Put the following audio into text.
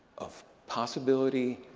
of possibility,